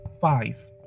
five